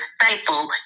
thankful